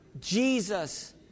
Jesus